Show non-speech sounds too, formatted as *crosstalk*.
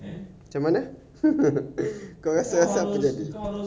macam mana *laughs* kau rasa apa jadi